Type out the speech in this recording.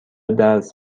درس